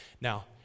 Now